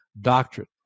doctrine